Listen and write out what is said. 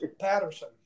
Patterson